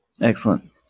Excellent